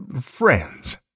friends